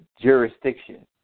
jurisdiction